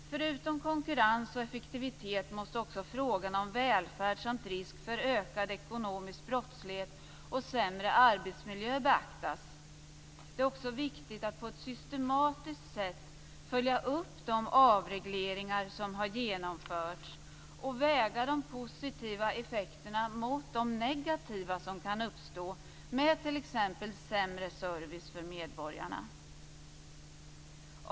Förutom konkurrens och effektivitet måste också frågorna om välfärd samt risk för ökad ekonomisk brottslighet och sämre arbetsmiljö beaktas. Det är också viktigt att på ett systematiskt sätt följa upp de avregleringar som har genomförts och väga de positiva effekterna mot de negativa som kan uppstå med t.ex. sämre service för medborgarna.